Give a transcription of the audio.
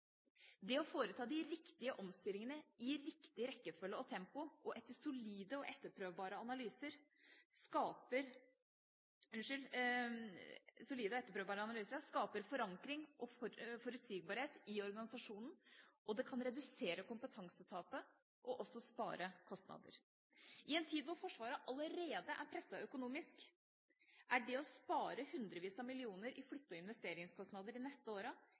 Det å foreta de riktige omstillingene i riktig rekkefølge og tempo, og etter solide og etterprøvbare analyser, skaper forankring og forutsigbarhet i organisasjonen. Det kan redusere kompetansetapet og også spare kostnader. I en tid når Forsvaret allerede er presset økonomisk, er det å spare hundrevis av millioner i flytte- og investeringskostnader de neste